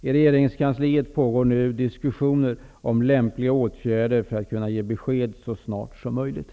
I regeringskansliet pågår nu diskussioner om lämpliga åtgärder för att kunna ge ett besked så snart som möjligt.